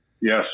yes